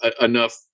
enough